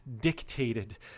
dictated